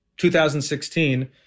2016